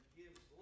gives